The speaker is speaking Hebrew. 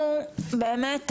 באמת,